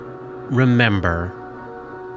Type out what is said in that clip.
remember